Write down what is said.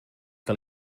que